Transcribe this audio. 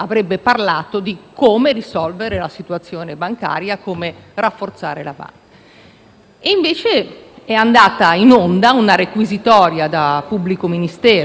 Invece è andata in onda una requisitoria da pubblico ministero, o forse già da giudice definitivo, che ha riguardato